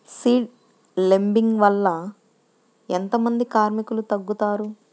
Seed లేంబింగ్ వల్ల ఎంత మంది కార్మికులు తగ్గుతారు?